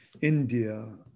India